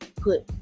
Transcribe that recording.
put